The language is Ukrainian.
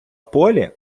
полі